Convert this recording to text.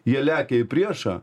jie lekia į priešą